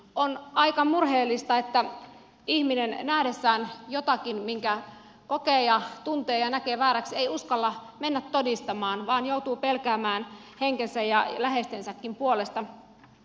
on aika murheellista että ihminen nähdessään jotakin minkä kokee ja tuntee ja näkee vääräksi ei uskalla mennä todistamaan vaan joutuu pelkäämään henkensä ja läheistensäkin puolesta